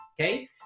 okay